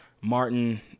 Martin